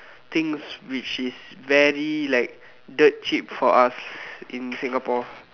things which is very like dirt cheap for us in Singapore